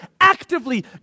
actively